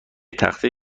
تخته